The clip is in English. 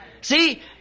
See